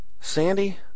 Sandy